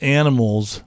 animals